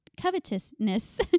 covetousness